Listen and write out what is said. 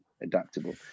adaptable